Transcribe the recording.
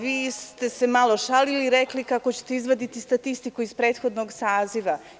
Vi ste se malo šalili i rekli kako ćete izvaditi statistiku iz prethodnog saziva.